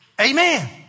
Amen